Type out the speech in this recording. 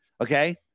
Okay